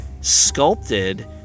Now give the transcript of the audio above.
sculpted